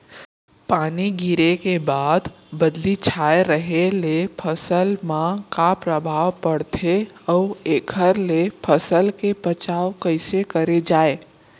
पानी गिरे के बाद बदली छाये रहे ले फसल मा का प्रभाव पड़थे अऊ एखर ले फसल के बचाव कइसे करे जाये?